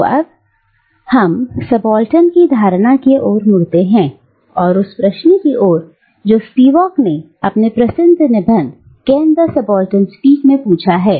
तो अब हम सबाल्टर्न की धारणा की ओर मुड़ते हैं और उस प्रश्न की ओर जो स्पिवाक ने अपने प्रसिद्ध निबंध कैन द सबाल्टर्न स्पीक में पूछा है